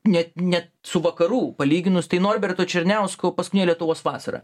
net net su vakarų palyginus tai norberto černiausko paskutinė lietuvos vasara